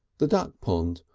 the duck-pond,